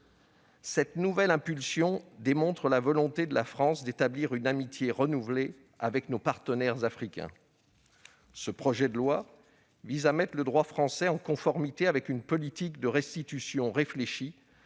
Cette nouvelle impulsion démontre la volonté de la France d'établir une amitié renouvelée avec ses partenaires africains. Ce projet de loi vise, en outre, à mettre le droit français en conformité avec une politique de restitution réfléchie